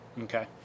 Okay